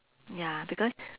ya because